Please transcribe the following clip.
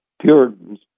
Puritans